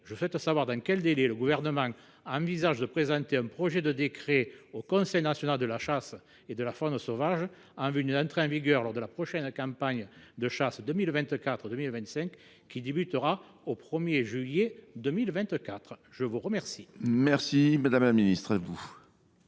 je souhaite savoir dans quel délai le Gouvernement envisage de présenter un projet de décret au Conseil national de la chasse et de la faune sauvage, en vue d’une entrée en vigueur lors de la prochaine campagne de chasse 2024 2025, qui débutera le 1 juillet 2024. La parole est à Mme la ministre.